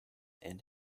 and